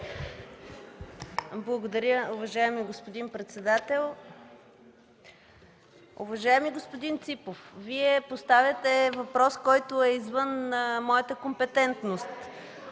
Благодаря, уважаеми господин председател. Уважаеми господин Ципов, Вие поставяте въпрос, който е извън моята компетентност.